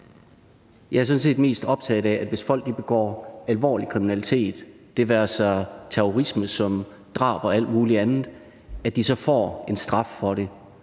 Jeg er sådan set mest optaget af, at hvis folk begår alvorlig kriminalitet – det være sig terrorisme eller drab eller alt muligt andet – får de en straf for det.